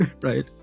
right